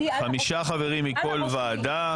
חמישה חברים מכל ועדה.